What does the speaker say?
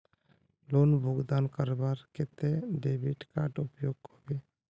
Loan भुगतान करवार केते डेबिट कार्ड उपयोग होबे?